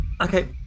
Okay